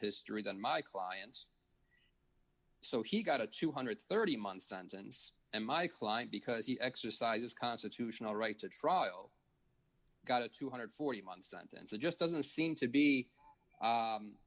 history than my clients so he got a two hundred and thirty month sentence and my client because he exercises constitutional right to trial got a two hundred and forty month sentence that just doesn't seem to be